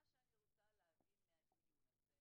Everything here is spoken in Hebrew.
מה שאני רוצה להבין מהדיון הזה,